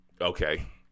Okay